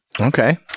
Okay